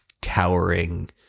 towering